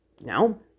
No